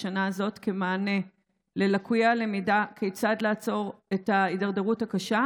השנה הזאת כמענה ללקויי הלמידה כדי לעצור את ההידרדרות הקשה?